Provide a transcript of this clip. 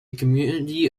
community